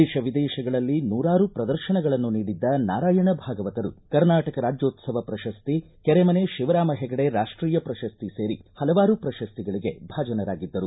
ದೇತ ವಿದೇಶಗಳಲ್ಲಿ ನೂರಾರು ಪ್ರದರ್ಶನಗಳನ್ನು ನೀಡಿದ್ದ ನಾರಾಯಣ ಭಾಗವತರು ಕರ್ನಾಟಕ ರಾಜ್ಯೋತ್ಲವ ಪ್ರಶಸ್ತಿ ಕೆರೆಮನೆ ಶಿವರಾಮ ಹೆಗಡೆ ರಾಷ್ಟೀಯ ಪ್ರಶಸ್ತಿ ಸೇರಿ ಹಲವಾರು ಪ್ರಶಸ್ತಿಗಳಿಗೆ ಭಾಜನರಾಗಿದ್ದರು